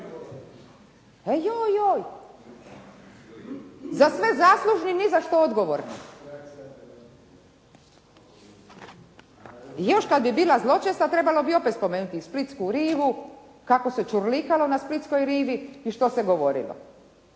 vlast. Za sve zaslužni a ni za što odgovorni. I još kad bi bila zločesta trebalo bi opet spomenuti splitsku rivu, kako se ćurlikalo na splitskoj rivi i što se dogodilo.